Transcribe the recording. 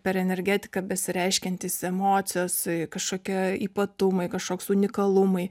per energetiką besireiškiantis emocijos kažkokia ypatumai kažkoks unikalumai